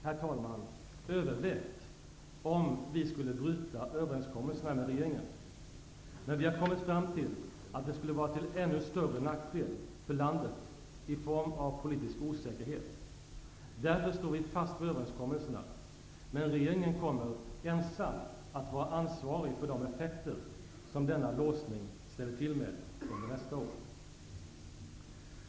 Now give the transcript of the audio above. Vi har övervägt om vi skulle bryta överenskommelserna med regeringen, men vi har kommit fram till att det skulle vara till ännu större nackdel för landet i form av politisk osäkerhet. Därför står vi fast vid överenskommelserna, men regeringen kommer ensam att vara ansvarig för de effekter som denna låsning ställer till med under nästa år.